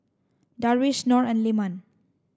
Darwish Nor and Leman